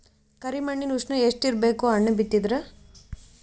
ಕರಿ ಮಣ್ಣಿನ ಉಷ್ಣ ಎಷ್ಟ ಇರಬೇಕು ಹಣ್ಣು ಬಿತ್ತಿದರ?